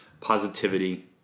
positivity